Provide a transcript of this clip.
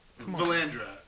Valandra